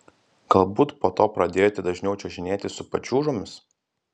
galbūt po to pradėjote dažniau čiuožinėti su pačiūžomis